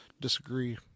disagree